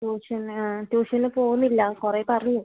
tuition ആ ട്യൂഷന് പോകുന്നില്ല കുറേ പറഞ്ഞു